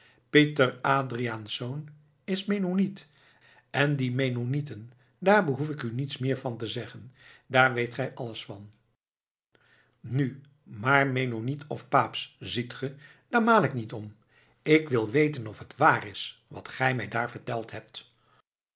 pieter adriaensz is mennoniet en die mennonieten daar behoef ik u niets meer van te zeggen daar weet gij alles van nu maar mennoniet of paapsch ziet ge daar maal ik niet om ik wil weten of het waar is wat gij mij daar verteld hebt